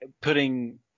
putting